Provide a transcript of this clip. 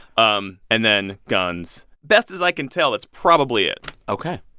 um and then guns best as i can tell, that's probably it ok.